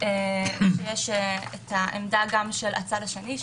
יש העמדה של הצד השני,